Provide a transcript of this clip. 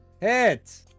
Hit